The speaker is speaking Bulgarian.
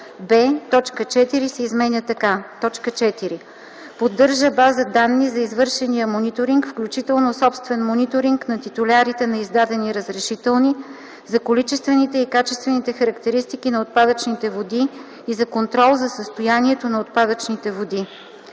4 се изменя така: „4. поддържа база данни за извършения мониторинг, включително собствен мониторинг на титулярите на издадени разрешителни, за количествените и качествените характеристики на отпадъчните води и за контрол за състоянието на отпадъчните води;”;